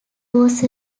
was